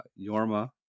Yorma